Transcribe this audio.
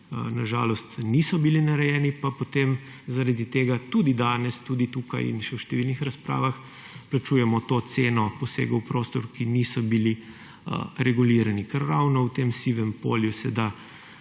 na žalost niso bili narejeni, pa potem zaradi tega tudi danes, tudi tukaj in še v številnih razpravah, plačujemo to ceno posegov v prostor, ki niso bili regulirani, ker ravno v tem sivem polju se da